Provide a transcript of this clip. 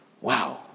Wow